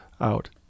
out